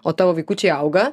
o tavo vaikučiai auga